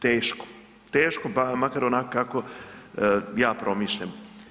Teško, teško, pa makar onako kako ja promišljam.